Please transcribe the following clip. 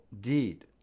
deed